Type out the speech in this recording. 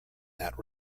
that